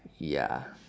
ya